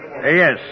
Yes